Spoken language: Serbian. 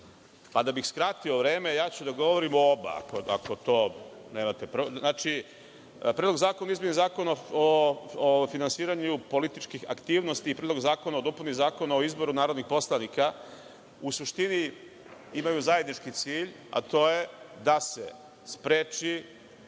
a da bih skratio vreme, ja ću da govorim o oba, ako to ne pravi problem. Znači, Predlog zakona o izmeni Zakona o finansiranju političkih aktivnosti i Predlog zakona o dopuni zakona o izboru narodnih poslanika u suštini imaju zajednički cilj, a to je da se spreči